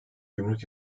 gümrük